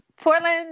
Portland